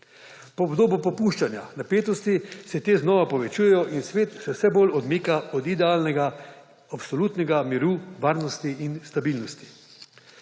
Po obdobju popuščanja napetosti se te znova povečujejo in svet se vse bolj odmika od idealnega absolutnega miru, varnosti in stabilnosti.